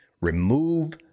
Remove